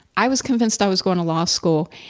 i was convinced i was going to law school,